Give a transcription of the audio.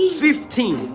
fifteen